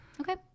Okay